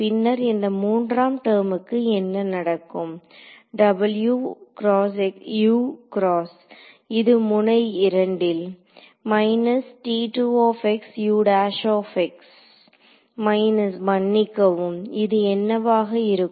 பின்னர் இந்த மூன்றாம் டெர்ம்க்கு என்ன நடக்கும் w x u x இது முனை 2 ல் மைனஸ் மன்னிக்கவும் இது என்னவாக இருக்கும்